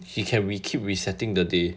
he can he keep resetting the day